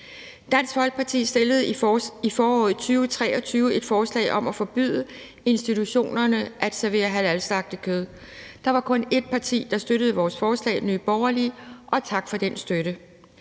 Dansk Folkeparti fremsatte i foråret 2023 et forslag om at forbyde institutionerne at servere halalslagtet kød. Der var kun et parti, der støttede vores forslag, nemlig Nye Borgerlige, og tak for den støtte.